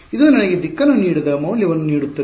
ಇದು ನನಗೆ ದಿಕ್ಕನ್ನು ನೀಡದ ಮೌಲ್ಯವನ್ನು ನೀಡುತ್ತದೆ